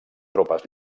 tropes